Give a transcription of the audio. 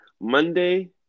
Monday